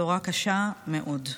בשורה קשה מאוד.